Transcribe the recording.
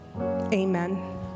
Amen